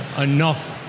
enough